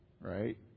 right